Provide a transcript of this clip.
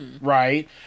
Right